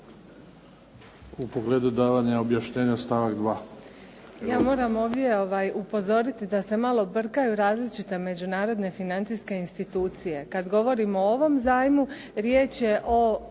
u pogledu davanja objašnjenja stavak 2. **Maletić, Ivana** Ja moram ovdje upozoriti da se malo brkaju različita međunarodne financijske institucije. Kada govorimo o ovom zajmu, riječ je o